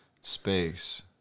space